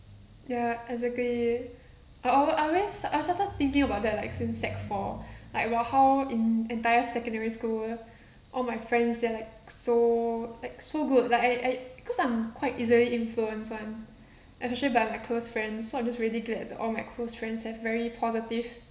ya exactly I I started thinking about that like since sec four like about how en~ entire secondary school all my friends they're like so like so good like I I cause I'm quite easily influenced [one] especially by my close friends so I'm just really glad that all my close friends have very positive